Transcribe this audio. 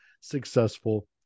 successful